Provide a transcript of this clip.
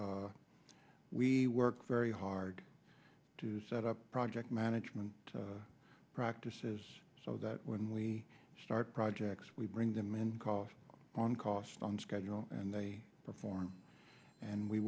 we work very hard to set up project management practices so that when we start projects we bring them in cost on cost on schedule and they perform and we